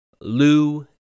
Lou